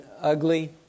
ugly